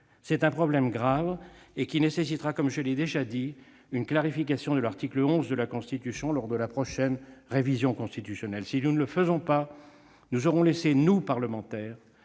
C'est un problème grave. Il nécessitera, comme je l'ai déjà souligné, une clarification de l'article 11 de la Constitution lors de la prochaine révision constitutionnelle. Si nous ne le faisons pas, nous aurons laissé, nous, parlementaires,